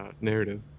narrative